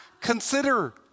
Consider